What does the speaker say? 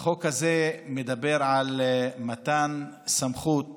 החוק הזה מדבר על מתן סמכות